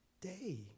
day